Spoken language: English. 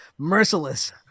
Merciless